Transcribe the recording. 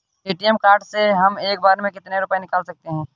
ATM card से हम एक बार में कितने रुपये निकाल सकते हैं?